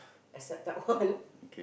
expect that one